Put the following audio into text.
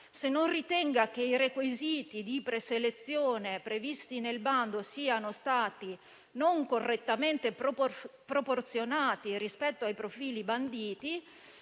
se non ritenga che i requisiti di preselezione previsti nel bando siano stati non correttamente proporzionati rispetto ai profili banditi;